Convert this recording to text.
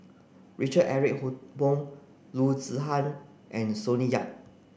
Richard Eric Holttum Loo Zihan and Sonny Yap